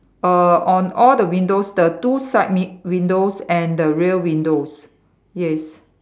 err on all the windows the two side m~ windows and the rear windows yes